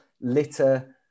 litter